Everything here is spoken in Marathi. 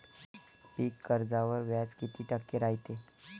पीक कर्जावर व्याज किती टक्के रायते?